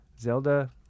Zelda